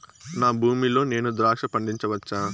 నా భూమి లో నేను ద్రాక్ష పండించవచ్చా?